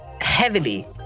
heavily